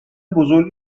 بزرگ